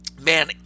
Man